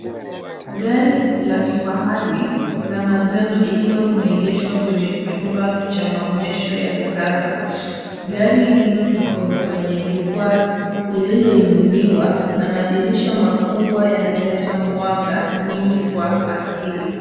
Gari la kifahari la manjano ikiwa limeegeshwa kwenye chumba cha maonyesho ya kisasa. Gari hilo liko kwenye jukwaa lililoinuliwa na madirisha makubwa yanaleta mwanga mwingi kwa asili.